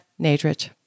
Nadrich